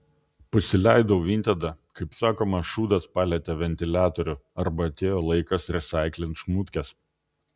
pasileidau vintedą kaip sakoma šūdas palietė ventiliatorių arba atėjo laikas resaiklint šmutkes